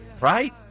Right